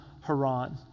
Haran